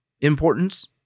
importance